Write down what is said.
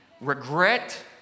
regret